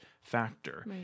factor